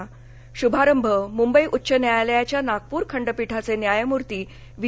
याचा श्भारभ मुंबई उच्च न्यायालयाच्या नागपूर खंडपीठाचे न्यायमुर्ती व्ही